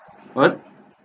what